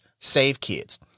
savekids